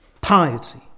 Piety